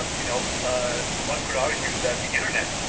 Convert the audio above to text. um you know ah one could argue that the internet,